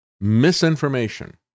misinformation